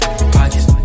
Pockets